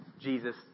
Jesus